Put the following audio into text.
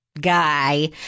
guy